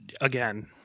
Again